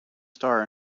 star